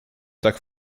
tak